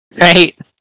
right